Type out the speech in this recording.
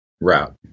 route